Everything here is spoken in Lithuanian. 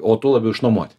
o tuo labiau išnuomoti